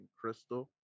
crystal